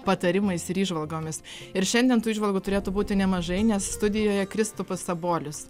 patarimais ir įžvalgomis ir šiandien tų įžvalgų turėtų būti nemažai nes studijoje kristupas sabolius